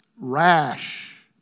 rash